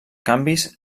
canvis